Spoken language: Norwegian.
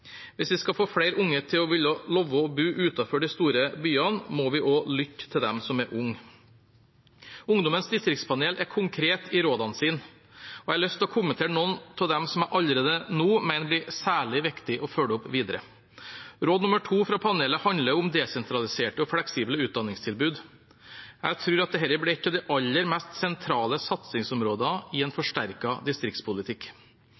Hvis vi skal få flere unge til å ville leve og bo utenfor de store byene, må vi også lytte til de som er unge. Ungdommens distriktspanel er konkrete i sine råd. Jeg har lyst til å kommentere noen av de som jeg allerede nå mener blir særlig viktig å følge opp videre. Råd nummer to fra panelet handler om desentraliserte og fleksible utdanningstilbud. Jeg tror dette blir ett av de aller mest sentrale satsingsområdene i en